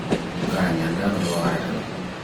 Kayam yanda nubiyo aratalo.